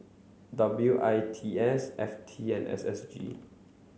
W I T S F T and S S G